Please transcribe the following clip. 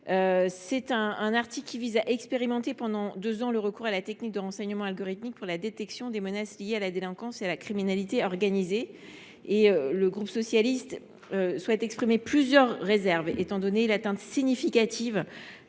Cet article vise à expérimenter pendant deux ans le recours à la technique du renseignement algorithmique pour la détection des menaces liées à la délinquance et à la criminalité organisées. Le groupe Socialiste, Écologiste et Républicain tient à exprimer plusieurs réserves, eu égard à l’atteinte significative